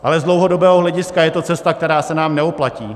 Ale z dlouhodobého hlediska je to cesta, která se nám nevyplatí.